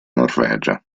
norvegia